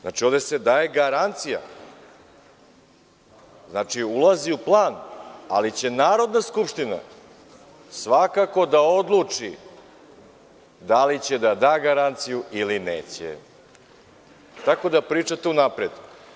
Znači, ovde se daje garancija, znači, ulazi u plan, ali će Narodna skupština svakako da odluči da li će da da garanciju ili neće, tako da pričate unapred.